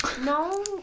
No